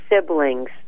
siblings